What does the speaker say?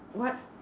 what